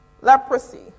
Leprosy